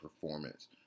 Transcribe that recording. performance